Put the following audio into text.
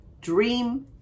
dream